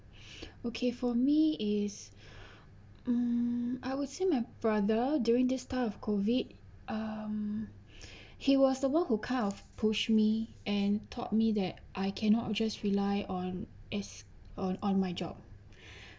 okay for me is mm I would say my brother during this time of COVID um he was the one who kind of push me and taught me that I cannot just rely on as on on my job